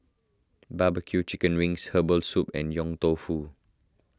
Barbecue Chicken Wings Herbal Soup and Yong Tau Foo